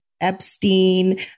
Epstein